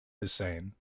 hussein